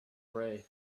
pray